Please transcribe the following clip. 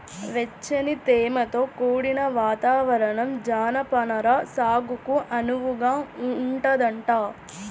వెచ్చని, తేమతో కూడిన వాతావరణం జనపనార సాగుకు అనువుగా ఉంటదంట